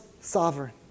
sovereign